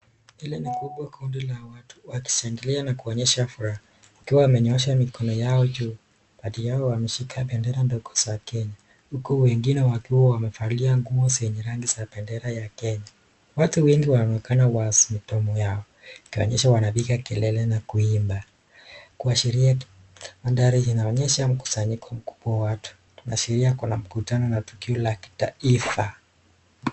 Hili ni kubwa kundi la watu wakishangilia na kuonyesha furaha, wakiwa wamenyoosha mikono yao juu. Baadhi yao wameshika bendera ndogo za Kenya, huku wengine wakiwa wamevalia nguo zenye rangi za bendera ya Kenya. Watu wengi wanaonekana wazi midomo yao, ikionyesha wanapiga kelele na kuimba, kuashiria mandhari inaonyesha mkusanyiko mkubwa wa watu. Inaashiria kuna mkutano na tukio la kitaifa.